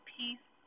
peace